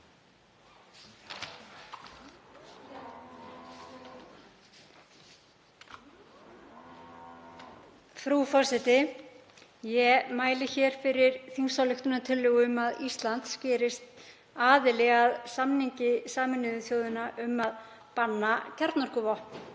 Frú forseti. Ég mæli hér fyrir þingsályktunartillögu um að Ísland gerist aðili að samningi Sameinuðu þjóðanna um að banna kjarnorkuvopn.